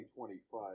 2025